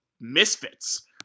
misfits